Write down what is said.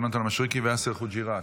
יונתן מישרקי ויאסר חוג'יראת.